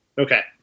Okay